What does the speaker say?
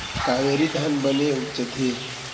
कावेरी धान बने उपजथे?